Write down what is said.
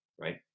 Right